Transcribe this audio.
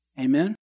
Amen